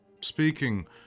Speaking